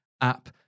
app